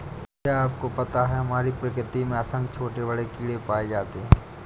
क्या आपको पता है हमारी प्रकृति में असंख्य छोटे बड़े कीड़े पाए जाते हैं?